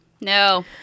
No